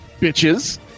Bitches